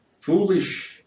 Foolish